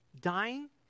Dying